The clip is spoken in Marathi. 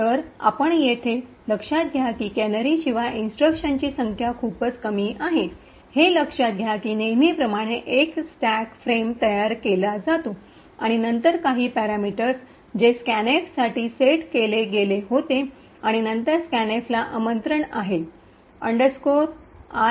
तर आपण येथे लक्षात घ्या की कॅनरीशिवाय इन्स्ट्रक्शनची संख्या खूपच कमी आहे हे लक्षात घ्या की नेहमीप्रमाणे एक स्टॅक फ्रेम तयार केला जातो आणि नंतर काही पॅरामीटर्स जे स्कॅनएफसाठी सेट केले गेले होते आणि नंतर स्कॅनफला आमंत्रण आहे